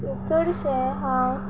चडशे हांव